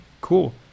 Cool